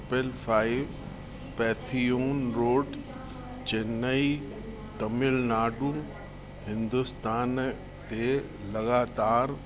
triple five Pantheon road Chennai Tamil Nadu Hindustan ते लगातार